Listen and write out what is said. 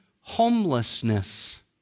homelessness